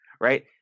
right